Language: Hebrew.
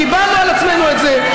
קיבלנו על עצמנו את זה,